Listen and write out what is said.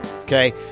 Okay